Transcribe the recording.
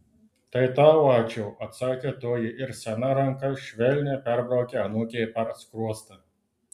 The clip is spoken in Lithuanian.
tai tau ačiū atsakė toji ir sena ranka švelniai perbraukė anūkei per skruostą